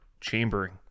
chambering